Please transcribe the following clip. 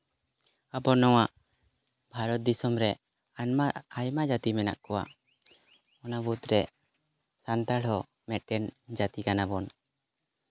ᱟᱵᱚ ᱱᱚᱣᱟ ᱵᱷᱟᱨᱚᱛ ᱫᱤᱥᱚᱢ ᱨᱮ ᱟᱭᱢᱟ ᱟᱭᱢᱟ ᱡᱟᱹᱛᱤ ᱢᱮᱱᱟᱜ ᱠᱚᱣᱟ ᱚᱱᱟ ᱢᱩᱫᱽᱨᱮ ᱥᱟᱱᱛᱟᱲ ᱦᱚᱸ ᱢᱤᱫᱴᱮᱱ ᱡᱟᱹᱛᱤ ᱠᱟᱱᱟᱵᱚᱱ